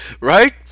right